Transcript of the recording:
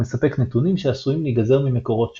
הוא מספק נתונים שעשויים להיגזר ממקורות שונים.